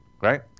right